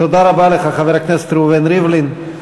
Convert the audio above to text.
תודה רבה לך, חבר הכנסת ראובן ריבלין.